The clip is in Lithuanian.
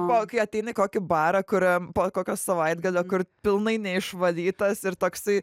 kai ateini į kokį barą kuriam po kokio savaitgalio kur pilnai neišvalytas ir toksai